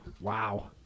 Wow